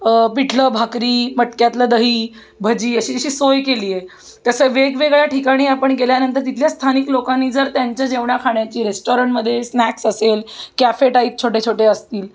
पिठलं भाकरी मटक्यातलं दही भजी अशी अशी सोय केली आहे तसं वेगवेगळ्या ठिकाणी आपण गेल्यानंतर तिथल्या स्थानिक लोकांनी जर त्यांच्या जेवणा खाण्याची रेस्टॉरंटमध्ये स्नॅक्स असेल कॅफे टाईप छोटे छोटे असतील